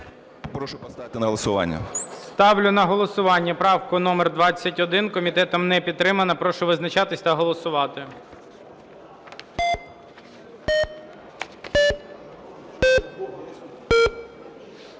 Прошу поставити на голосування. ГОЛОВУЮЧИЙ. Ставлю на голосування правку номер 21. Комітетом не підтримана. Прошу визначатися та голосувати.